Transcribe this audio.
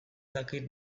dakit